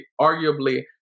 arguably